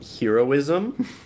Heroism